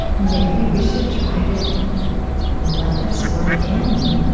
maybe we should try to let this word in,